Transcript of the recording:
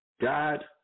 God